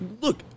Look